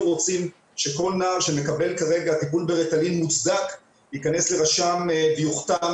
רוצים שכל נער שמקבל כרגע טיפול בריטלין מוצדק ייכנס לרשם ויוכתם